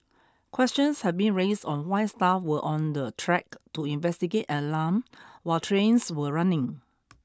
questions have been raised on why staff were on the track to investigate an alarm while trains were running